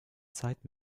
zeit